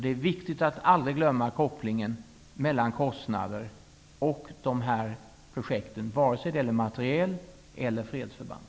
Det är viktigt att aldrig glömma kopplingen mellan kostnader och dessa projekt, vare sig det gäller materiel eller fredsförband.